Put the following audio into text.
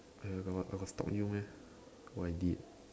uh I got I got stalk you meh oh I did